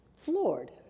floored